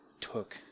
took